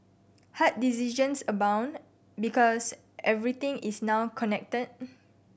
hard decisions abound because everything is now connected